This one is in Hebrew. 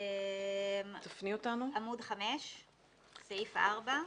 עמוד 5 סעיף 4,